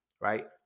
right